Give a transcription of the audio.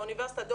באוניברסיטה,